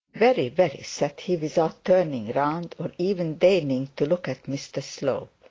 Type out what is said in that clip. very, very said he without turning round, or even deigning to look at mr slope.